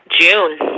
June